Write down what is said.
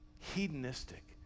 hedonistic